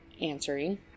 answering